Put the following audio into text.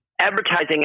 advertising